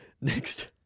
next